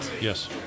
Yes